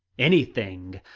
anything!